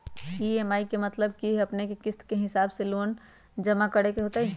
EMI के मतलब है कि अपने के किस्त के हिसाब से लोन जमा करे के होतेई?